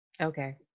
Okay